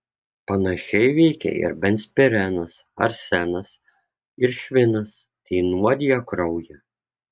panašiai veikia ir benzpirenas arsenas ir švinas tai nuodija kraują